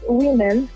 women